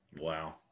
wow